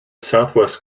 southwest